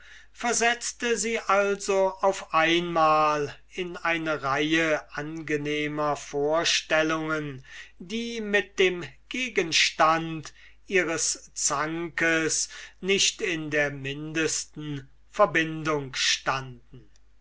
versetzte sie also auf einmal in eine reihe angenehmer vorstellungen die mit dem gegenstand ihres zankes nicht in der mindesten verbindung stunden